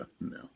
No